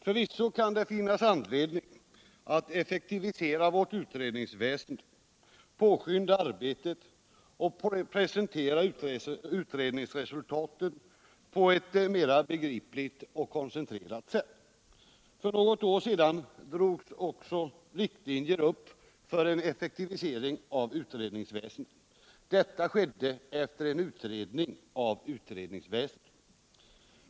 Förvisso kan det finnas anledning att effektivisera vårt utredningsväsende, påskynda arbetet och presentera utredningsresultaten på ett mera begripligt och koncentrerat sätt. För något år sedan drogs också riktlinjer upp för en effektivisering av utredningsväsendet. Detta skedde efter en utredning om utredningsväsendet.